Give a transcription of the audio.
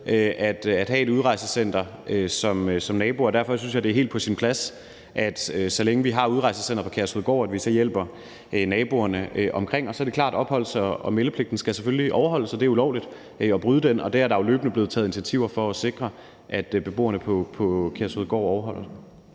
at have et udrejsecenter som nabo. Og derfor synes jeg, det er helt på sin plads, at vi, så længe vi har et udrejsecenter på Kærshovedgård, så hjælper naboerne omkring det. Og så er det klart, at opholds- og meldepligten selvfølgelig skal overholdes. Det er ulovligt at bryde den, og der er jo løbende blevet taget initiativer for at sikre, at beboerne på Kærshovedgård overholder